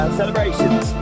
celebrations